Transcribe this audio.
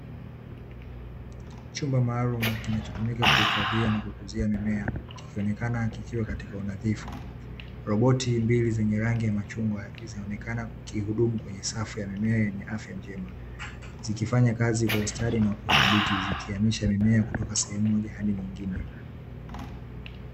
Chumba maalumu kinacho kutumika kuhifadhia na kukudhia mimea kikionekana kikiwa katika unadhifu, roboti mbili zenye rangi ya machungwa zinaonekana zikihudumu kwenye safu ya mimea yenye afya njema. Zikifanya kazi kwa ustadi na usabiti zikiamisha mimea kutoka sehemu hadi nyingine.